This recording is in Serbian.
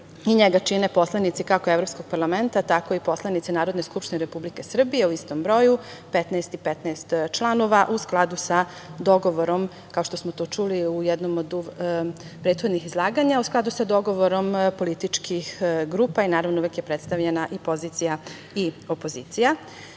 Njega čine poslanici kako Evropskog parlamenta, tako i poslanici Narodne skupštine Republike Srbije u istom broju, 15 i 15 članova, u skladu sa dogovorom, kao što smo to čuli u jednom od prethodnih izlaganja, u skladu sa dogovorom političkih grupa. Naravno, uvek je predstavljena pozicija i opozicija. Kada